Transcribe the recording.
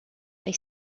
they